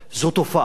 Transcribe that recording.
זאת תופעה,